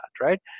right